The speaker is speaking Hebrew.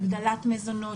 הגדלת מזונות?